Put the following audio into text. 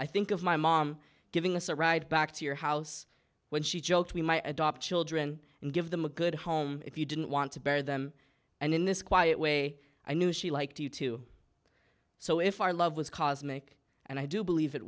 i think of my mom giving us a ride back to your house when she joked we might adopt children and give them a good home if you didn't want to bear them and in this quiet way i knew she liked you too so if our love was cosmic and i do believe it